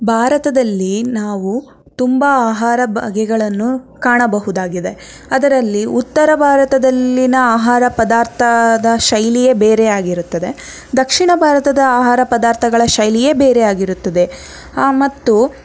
ಭಾರತದಲ್ಲಿ ನಾವು ತುಂಬ ಆಹಾರ ಬಗೆಗಳನ್ನು ಕಾಣಬಹುದಾಗಿದೆ ಅದರಲ್ಲಿ ಉತ್ತರ ಭಾರತದಲ್ಲಿನ ಆಹಾರ ಪದಾರ್ಥದ ಶೈಲಿಯೇ ಬೇರೆ ಆಗಿರುತ್ತದೆ ದಕ್ಷಿಣ ಭಾರತದ ಆಹಾರ ಪದಾರ್ಥಗಳ ಶೈಲಿಯೇ ಬೇರೆ ಆಗಿರುತ್ತದೆ ಮತ್ತು